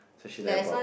so she's like about